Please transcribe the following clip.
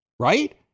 Right